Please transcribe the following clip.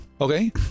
Okay